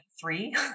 three